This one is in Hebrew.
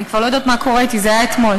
אני כבר לא יודעת מה קורה אתי, זה היה אתמול.